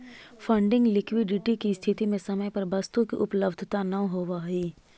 funding liquidity के स्थिति में समय पर वस्तु के उपलब्धता न होवऽ हई